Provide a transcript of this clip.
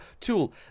tool